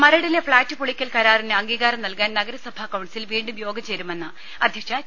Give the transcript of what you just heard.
മരടിലെ ഫ്ളാറ്റ് പൊളിക്കൽ കരാറിന് അംഗീകാരം നൽകാൻ നഗര സഭാ കൌൺസിൽ വീണ്ടും യോഗം ചേരുമെന്ന് അധ്യക്ഷ ടി